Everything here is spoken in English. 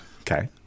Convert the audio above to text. okay